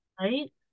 Right